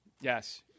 Yes